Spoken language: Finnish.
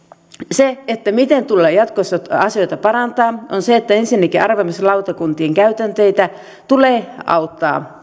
se miten jatkossa tulee asioita parantaa on se että arvioimislautakuntia tulee auttaa